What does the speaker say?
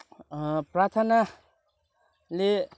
प्रार्थनाले